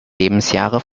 lebensjahre